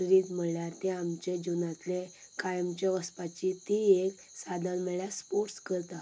spirit म्हणल्यार तें आमच्या जिवनातलें कायमचें वचपाची ती एक साधन म्हणल्यार स्पोर्टस करता